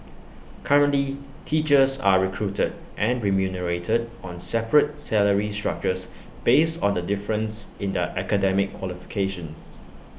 currently teachers are recruited and remunerated on separate salary structures based on the difference in their academic qualifications